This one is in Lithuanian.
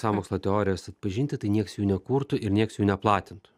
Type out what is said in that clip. sąmokslo teorijas atpažinti tai nieks jų nekurtų ir nieks jų neplatintų